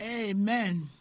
Amen